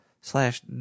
slash